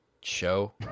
show